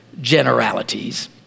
generalities